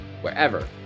wherever